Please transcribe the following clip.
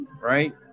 right